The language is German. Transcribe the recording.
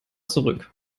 zurück